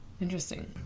Interesting